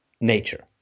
nature